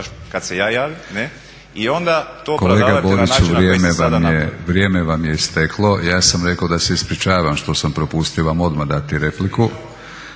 Kolega Boriću vrijeme vam je isteklo. Ja sam rekao da se ispričavam što sam propustio vam odmah dati repliku.